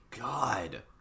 god